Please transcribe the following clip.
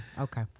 Okay